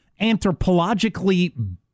anthropologically